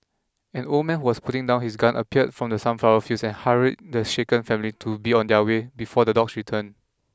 an old man who was putting down his gun appeared from the sunflower fields and hurried the shaken family to be on their way before the dogs return